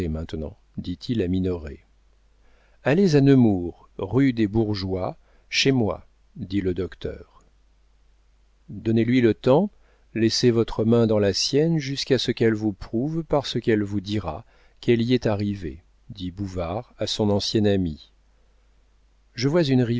maintenant dit-il à minoret allez à nemours rue des bourgeois chez moi dit le docteur donnez-lui le temps laissez votre main dans la sienne jusqu'à ce qu'elle vous prouve par ce qu'elle vous dira qu'elle y est arrivée dit bouvard à son ancien ami je vois une